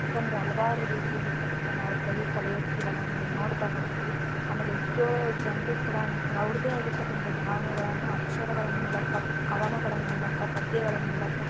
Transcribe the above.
ಯಾಕಂದರೆ ಹಲ್ವಾರು ರೀತಿಯಾಗಿರ್ತಕ್ಕಂಥ ನಾವು ಕವಿ ಕವಯಿತ್ರಿಗಳನ್ನು ನೋಡ್ತಾ ಹೋಗ್ತಿವಿ ಆಮೇಲೆ ಎಷ್ಟೋ ಜನರು ಕೂಡ ಅವ್ರದೆ ಆಗಿರ್ತಕ್ಕಂಥ ಭಾವನೆಗಳನ್ನು ಅಕ್ಷರಗಳ ಮೂಲಕ ಕವನಗಳ ಮೂಲಕ ಪದ್ಯಗಳ ಮೂಲಕ